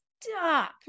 stop